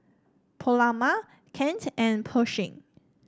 Paloma Kent and Pershing